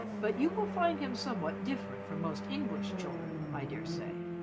but you will find him somewhat different from most english children, i dare say.